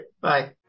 Bye